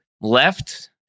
left